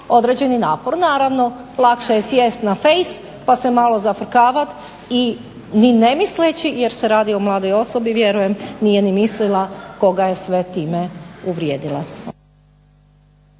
određeni napor. Naravno lakše je sjesti na facebook pa se malo zafrkavati i ni ne misleći jer se radi o mladoj osobi vjerujem nije ni mislila koga je sve time uvrijedila.